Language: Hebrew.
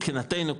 מבחינתנו,